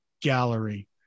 gallery